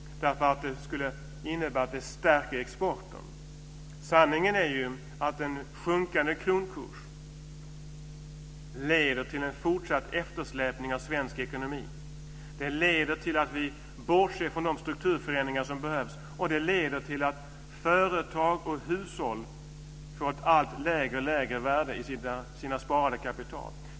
Det skulle innebära att det stärker exporten. Sanningen är ju att en sjunkande kronkurs leder till en fortsatt eftersläpning av svensk ekonomi. Det leder till att vi bortser från de strukturförändringar som behövs, och det leder till att företag och hushåll får ett allt lägre och lägre värde på sina sparade kapital.